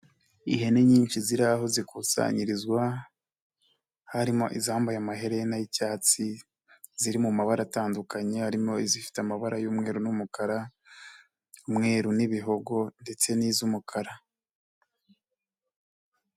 Ihene nyinshi ziri aho zikusanyirizwa, harimo izambaye amahena y'icyatsi, ziri mu mabara atandukanye, harimo izifite amabara y'umweru n'umukara, umweru n'ibihogo ndetse n'iz'umukara.